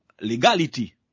legality